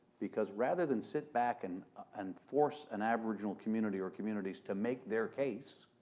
because rather than sit back and and force an aboriginal community or communities to make their case,